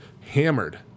hammered